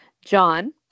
John